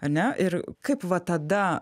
ar ne ir kaip va tada